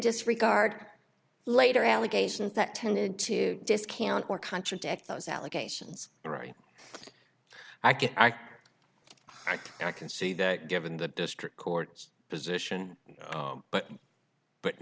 disregard later allegations that tended to discount or contradict those allegations right i get i think i can see that given the district court's position but but